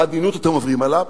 בעדינות אתם עוברים עליו.